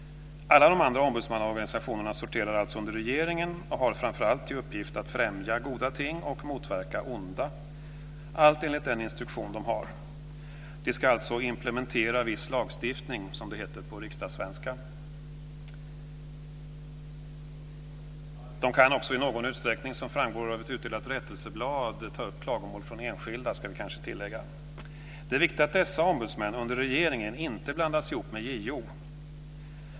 Alla de andra ombudsmannaorganisationerna sorterar alltså under regeringen och har framför allt i uppgift att främja goda ting och motverka onda, allt enligt den instruktion som de har. De ska alltså implementera viss lagstiftning, som det heter på riksdagssvenska. Det ska kanske tilläggas att de i någon utsträckning också, som framgår av utdelat rättelseblad, kan ta upp klagomål från enskilda. Det är viktigt att dessa ombudsmän under regeringen inte blandas ihop med JO.